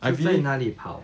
是在哪里跑